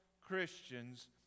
Christians